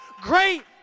great